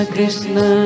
Krishna